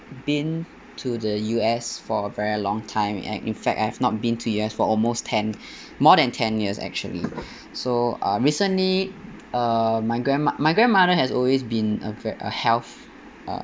been to the U_S for a very long time and in fact I have not been U_S for almost ten more than ten years actually so uh recently uh my grandma my grandmother has always been a ve~ a health uh